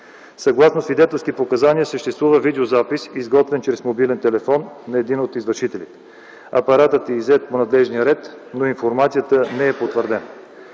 Съгласно свидетелски показания, съществува видеозапис, изготвен чрез мобилен телефон на един от извършителите. Апаратът е иззет по надлежния ред, но информацията не е потвърдена.